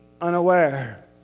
unaware